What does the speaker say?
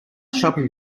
shopping